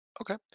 Okay